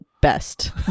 best